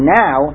now